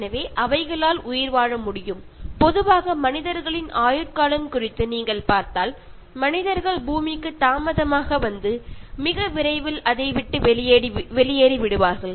எனவே அவைகளால் உயிர்வாழ முடியும் பொதுவாக மனிதர்களின் ஆயுட்காலம் குறித்து நீங்கள் பார்த்தால் மனிதர்கள் பூமிக்கு தாமதமாக வந்து மிக விரைவில் அதை விட்டு வெளியேறி விடுவார்கள்